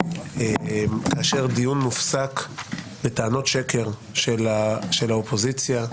כאשר דיון מופסק בטענות שקר של האופוזיציה.